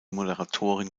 moderatorin